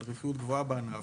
על רווחיות גבוהה בענף